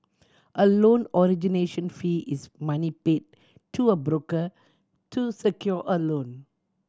a loan origination fee is money paid to a broker to secure a loan